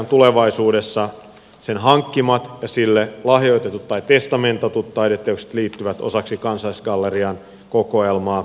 tulevaisuudessa kansallisgallerian hankkimat ja sille lahjoitetut tai testamentatut taideteokset liittyvät osaksi kansallisgallerian kokoelmaa